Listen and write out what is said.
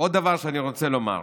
עוד דבר שאני רוצה לומר: